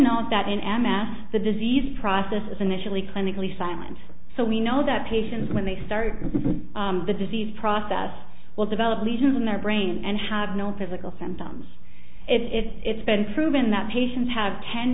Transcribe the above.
note that in m s the disease process is initially clinically silence so we know that patients when they start the disease process will develop lesions in their brain and have no physical symptoms it's been proven that patients have ten